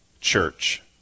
church